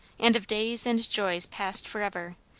and of days and joys past for ever,